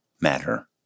matter